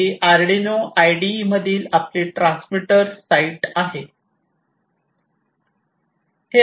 ही Arduino IDE मधील आपली transmitter site आहे